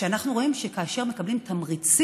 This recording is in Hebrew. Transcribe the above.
ואנחנו רואים שכאשר הם מקבלים תמריצים,